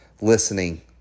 listening